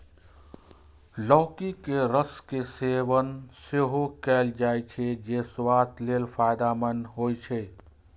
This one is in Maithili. लौकी के रस के सेवन सेहो कैल जाइ छै, जे स्वास्थ्य लेल फायदेमंद होइ छै